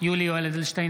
יולי יואל אדלשטיין,